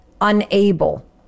unable